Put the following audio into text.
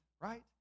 right